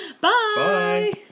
Bye